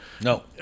No